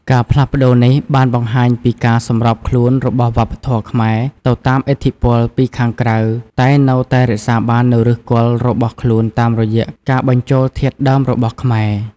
ការផ្លាស់ប្តូរនេះបានបង្ហាញពីការសម្របខ្លួនរបស់វប្បធម៌ខ្មែរទៅតាមឥទ្ធិពលពីខាងក្រៅ តែនៅតែរក្សាបាននូវឫសគល់របស់ខ្លួនតាមរយៈការបញ្ចូលធាតុដើមរបស់ខ្មែរ។